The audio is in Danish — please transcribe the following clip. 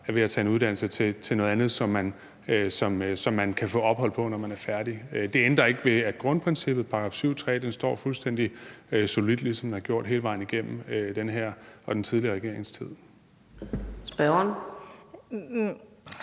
er ved at tage en uddannelse til noget andet, som man kan få ophold på, når man er færdig. Det ændrer ikke ved, at grundprincippet i § 7, stk. 3, står fuldstændig solidt, ligesom det har gjort hele vejen igennem den her og den tidligere regerings tid. Kl.